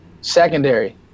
Secondary